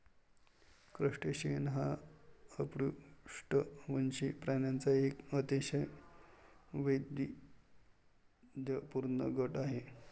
crustacean हा अपृष्ठवंशी प्राण्यांचा एक अतिशय वैविध्यपूर्ण गट आहे